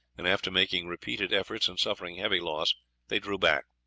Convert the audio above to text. and after making repeated efforts and suffering heavy loss they drew back.